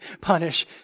punish